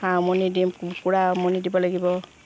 হাঁহ উমনি দিম কুকুৰা উমনি দিব লাগিব